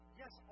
yes